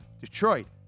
Detroit